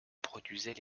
produisait